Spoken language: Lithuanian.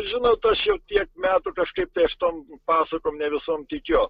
žinot aš jau tiek metų kažkaip tai aš tom pasakom ne visom tikiu